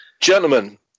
gentlemen